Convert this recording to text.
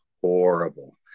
horrible